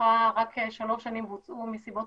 שמתוכה רק שלוש שנים בוצעו מסיבות